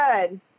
good